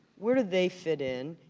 where do they fit in,